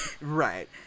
Right